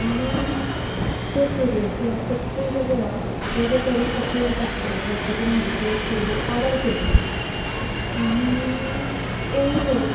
आनी त्यो सुरयेचो प्रत्येक जो वेगळें तरेन उपेग जातलो हें चिंतून हांवेन त्यो सुरयों ऑर्डर केल्ल्यो आनी येयल्यो